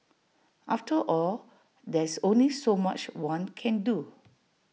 after all there's only so much one can do